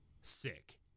Sick